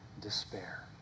despair